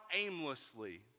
aimlessly